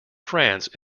france